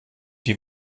die